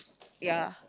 ya